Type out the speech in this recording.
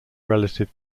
relative